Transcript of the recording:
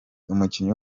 umukinnyi